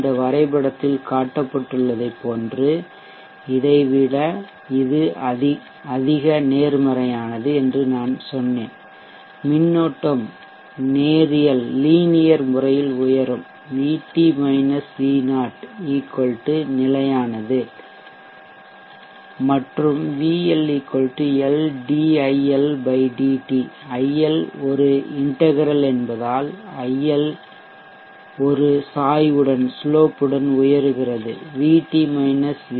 இந்த வரைபடத்தில் காட்டப்பட்டுள்ளதைப் போன்று இதை விட இது அதிக நேர்மறையானது என்று நான் சொன்னேன் மின்னோட்டம் நேரியல்லீனியர் முறையில் உயரும் VT V0 நிலையானது மற்றும் V L L dIL dt IL ஒரு இன்டெக்ரல் என்பதால் IL ஒரு சாய்வுடன்ஸ்லோப் உயர்கிறது L